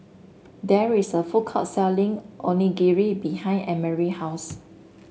there is a food court selling Onigiri behind Emery house